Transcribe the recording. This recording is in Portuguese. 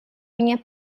minha